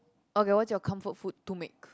okay what's your comfort food to make